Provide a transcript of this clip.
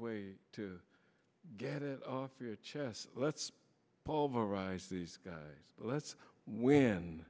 way to get it off your chest let's pulverize these guys let's win